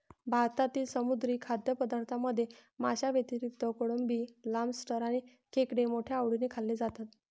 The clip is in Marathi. भारतातील समुद्री खाद्यपदार्थांमध्ये माशांव्यतिरिक्त कोळंबी, लॉबस्टर आणि खेकडे मोठ्या आवडीने खाल्ले जातात